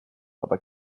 aber